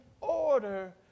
order